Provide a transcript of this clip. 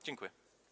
Dziękuję.